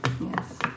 Yes